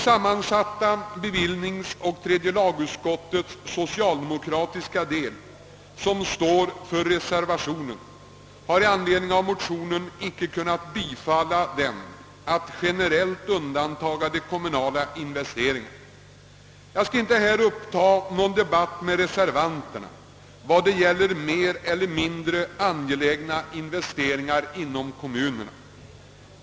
Sammansatta bevillningsoch tredje lagutskottets socialdemokratiska del, som står för reservationen, har icke kunnat tillstyrka motionen genom att generellt undanta de kommunala investeringarna. Jag skall inte uppta någon debatt med reservanterna om mer eller mindre angelägna investeringar inom kommunerna.